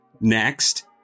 Next